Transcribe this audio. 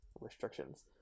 restrictions